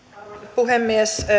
puhemies